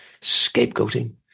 scapegoating